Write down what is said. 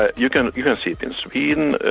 ah you can you know see it in sweden, the